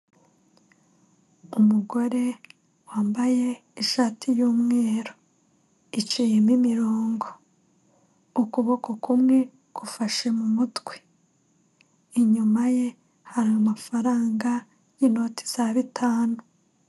Umugore wambaye ishati y'umweru iciyemo imirongo, ukuboko kumwe gufashe mu mutwe, inyuma ye hari amafaranga y'inoti za bitanu.